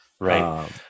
Right